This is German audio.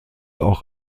auch